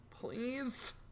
please